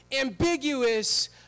ambiguous